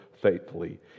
faithfully